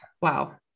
wow